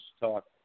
Talk